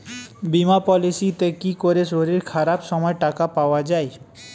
বীমা পলিসিতে কি করে শরীর খারাপ সময় টাকা পাওয়া যায়?